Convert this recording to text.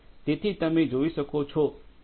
તેથી તમે જોઈ શકો છો કે ત્યાં વિવિધ પાઇપ સાઈઝ છે